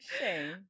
Shame